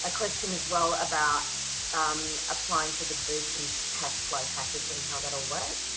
ah question as well about um applying for the boost and cash flow package and how that'll work